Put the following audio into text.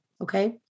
Okay